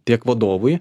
tiek vadovui